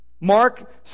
Mark